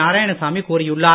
நாராயணசாமி கூறியுள்ளார்